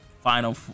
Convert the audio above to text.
final